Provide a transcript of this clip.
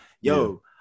Yo